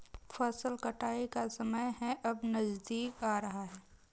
फसल कटाई का समय है अब नजदीक आ रहा है